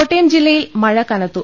കോട്ടയം ജില്ലയിൽ മഴ കനത്തു